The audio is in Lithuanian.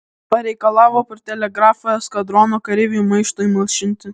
pareikalavo per telegrafą eskadrono kareivių maištui malšinti